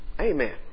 Amen